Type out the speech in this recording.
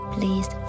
Please